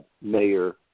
mayor